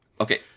Okay